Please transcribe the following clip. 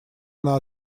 она